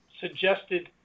suggested